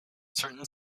certain